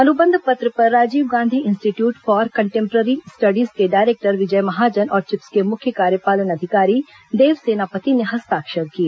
अनुबंध पत्र पर Rajiv Gandhi institute for contemporary studies के डायरेक्टर विजय महाजन और चिप्स के मुख्य कार्यपालन अधिकारी देवसेनापति ने हस्ताक्षर किए